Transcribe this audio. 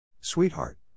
Sweetheart